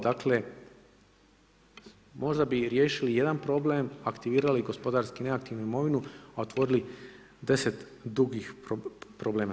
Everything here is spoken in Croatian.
Dakle, možda bi i riješili i jedan problem, aktivirali gospodarski neaktivnu imovinu i otvorili 10 dugih problema.